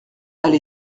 elle